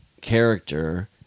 character